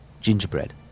gingerbread